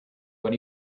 what